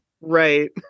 Right